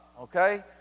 okay